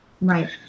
right